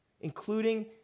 including